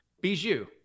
Bijou